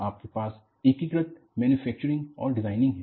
आपके पास एकीकृत मैंन्युफैकचरिंग और डिज़ाइन है